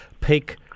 peak